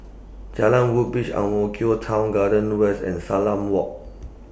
Jalan Woodbridge Ang Mo Kio Town Garden West and Salam Walk